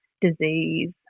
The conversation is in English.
disease